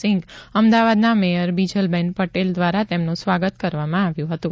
સિંઘ અમદાવાદના મેયર બીજલ પટેલ દ્વારા તેમનું સ્વાગત કરવામાં આવ્યું હતું